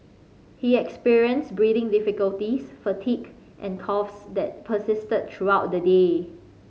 he experienced breathing difficulties fatigue and coughs that persisted throughout the day